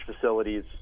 facilities